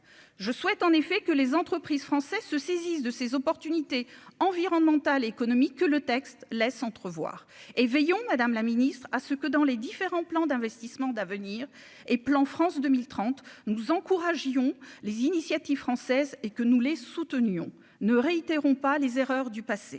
je souhaite en effet que les entreprises français se saisissent de ces opportunités environnemental, économique que le texte laisse entrevoir et veillons, madame la ministre, à ce que dans les différents plans d'investissements d'avenir et plan France 2030, nous encourageons les initiatives françaises et que nous les soutenions ne réitérons pas les erreurs du passé,